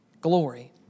Glory